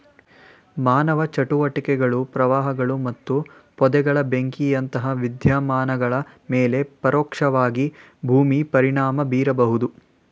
ಮಾನವ ಚಟುವಟಿಕೆಗಳು ಪ್ರವಾಹಗಳು ಮತ್ತು ಪೊದೆಗಳ ಬೆಂಕಿಯಂತಹ ವಿದ್ಯಮಾನಗಳ ಮೇಲೆ ಪರೋಕ್ಷವಾಗಿ ಭೂಮಿ ಪರಿಣಾಮ ಬೀರಬಹುದು